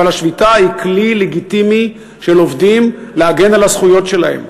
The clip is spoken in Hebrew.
אבל השביתה היא כלי לגיטימי של עובדים להגן על הזכויות שלהם,